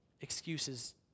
excuses